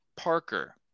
Parker